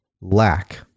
lack